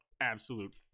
absolute